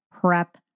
prep